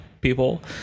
people